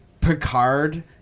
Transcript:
Picard